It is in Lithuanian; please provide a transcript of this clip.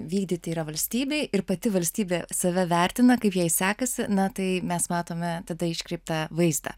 vykdyti yra valstybei ir pati valstybė save vertina kaip jai sekasi na tai mes matome tada iškreiptą vaizdą